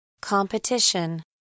Competition